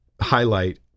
highlight